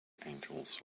angels